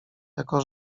jako